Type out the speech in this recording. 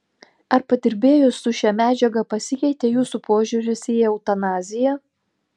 ar padirbėjus su šia medžiaga pasikeitė jūsų požiūris į eutanaziją